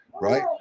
right